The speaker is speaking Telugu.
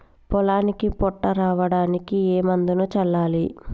పొలానికి పొట్ట రావడానికి ఏ మందును చల్లాలి?